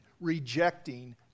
rejecting